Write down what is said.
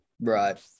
right